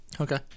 okay